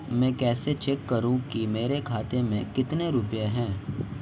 मैं कैसे चेक करूं कि मेरे खाते में कितने रुपए हैं?